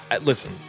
Listen